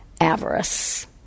avarice